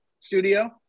studio